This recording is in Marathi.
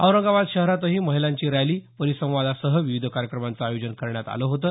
औरंगाबाद शहरातही महिलांची रॅली परिसंवादासह विविध कार्यक्रमांचं आयोजन करण्यात आलं होतं